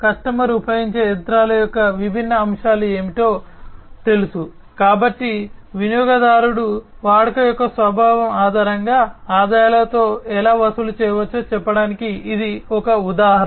customer ఉపయోగించే యంత్రాల యొక్క విభిన్న అంశాలు ఏమిటో మీకు తెలుసు కాబట్టి వినియోగదారుడు వాడుక యొక్క స్వభావం ఆధారంగా ఆదాయాలతో ఎలా వసూలు చేయవచ్చో చెప్పడానికి ఇది ఒక ఉదాహరణ